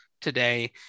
today